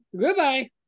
goodbye